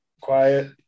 Quiet